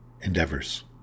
endeavors